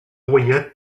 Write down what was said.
guanyat